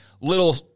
little